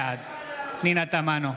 בעד פנינה תמנו,